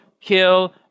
kill